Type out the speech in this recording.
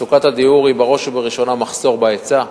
מצוקת הדיור היא בראש ובראשונה מחסור בהיצע.